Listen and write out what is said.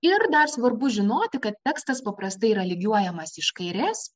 ir dar svarbu žinoti kad tekstas paprastai yra lygiuojamas iš kairės